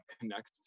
connect